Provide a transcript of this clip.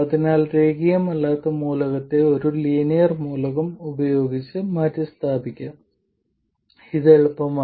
അതിനാൽ രേഖീയമല്ലാത്ത മൂലകത്തെ ഒരു ലീനിയർ മൂലകം ഉപയോഗിച്ച് മാറ്റിസ്ഥാപിക്കാം ഇത് എളുപ്പമാണ്